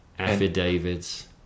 Affidavits